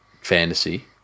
fantasy